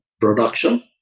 production